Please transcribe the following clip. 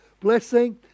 blessing